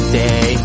day